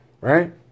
right